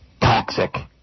toxic